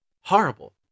Horrible